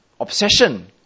obsession